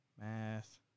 Math